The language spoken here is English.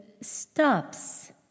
stops